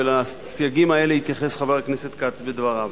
ולסייגים האלה התייחס חבר הכנסת כץ בדבריו,